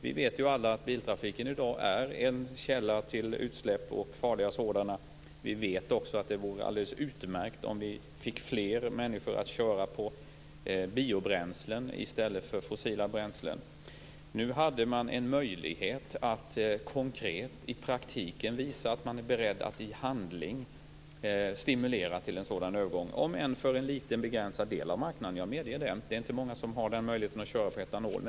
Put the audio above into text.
Vi vet alla att biltrafiken i dag är en källa till farliga utsläpp. Vi vet också att det vore alldeles utmärkt om vi fick fler människor att köra på biobränslen i stället för fossila bränslen. Nu hade man en möjlighet att konkret, i praktiken, visa att man är beredd att i handling stimulera till en sådan övergång, om än för en liten begränsad del av marknaden. Jag medger att det inte är många som har möjlighet att köra på etanol.